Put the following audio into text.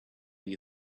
you